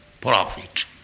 profit